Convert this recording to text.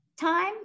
time